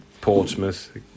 Portsmouth